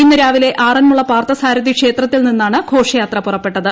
ഇന്ന് രാവിലെ ആറന്മുള പാർത്ഥസാരഥി ക്ഷേത്രത്തിൽ നിന്നാണ് ഘോഷയാത്ര പുറപ്പെട്ടത്